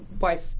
wife